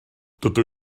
dydw